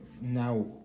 now